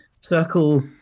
circle